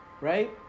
right